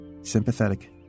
sympathetic